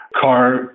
Car